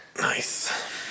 Nice